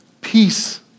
peace